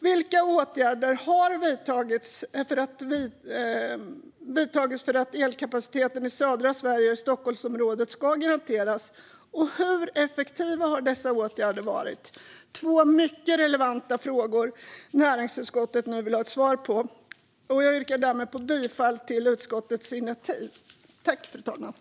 Vilka åtgärder har då vidtagits för att elkapaciteten i södra Sverige och i Stockholmsområdet ska garanteras? Och hur effektiva har dessa åtgärder varit? Det är två mycket relevanta frågor som näringsutskottet nu vill ha ett svar på. Jag yrkar därmed bifall till utskottets förslag.